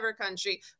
country